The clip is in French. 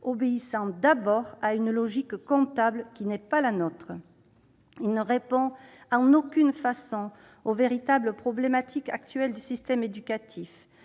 obéissant d'abord à une logique comptable, qui n'est pas la nôtre. Ce texte ne répond en aucune façon aux véritables problèmes actuels du système éducatif